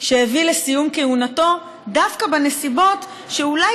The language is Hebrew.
שהביא לסיום כהונתו דווקא בנסיבות שבהן אולי